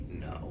no